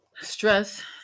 Stress